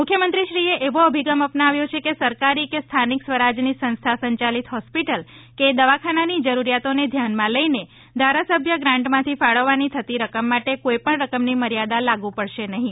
મુખ્યમંત્રીશ્રીએ એવો અભિગમ અપનાવ્યો છે કે સરકારી કે સ્થાનિક સ્વરાજ્યની સંસ્થા સંચાલિત હોસ્પિટલ કે દવાખાનાની જરૂરિયાતોને ધ્યાનમાં લઇને ધારાસભ્ય ગ્રાન્ટમાંથી ફાળવવાની થતી રકમ માટે કોઇ પણ રકમની મર્યાદા લાગુ પડશે નહીં